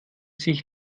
sich